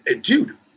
Dude